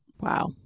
Wow